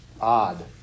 odd